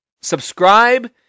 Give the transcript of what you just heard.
subscribe